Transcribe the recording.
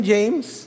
James